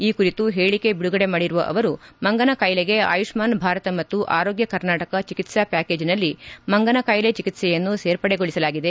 ಈ ಕುರಿತು ಹೇಳಿಕೆ ಬಿಡುಗಡೆ ಮಾಡಿರುವ ಅವರು ಮಂಗನ ಕಾಯಿಲೆಗೆ ಆಯುಷ್ಯಾನ್ ಭಾರತ ಮತ್ತು ಆರೋಗ್ಯ ಕರ್ನಾಟಕ ಚೆಕಿತ್ಸಾ ಪ್ಯಾಕೇಜ್ನಲ್ಲಿ ಮಂಗನ ಕಾಯಿಲೆ ಚಿಕೆತ್ಸೆಯನ್ನು ಸೇರ್ಪಡೆಗೊಳಿಸಲಾಗಿದೆ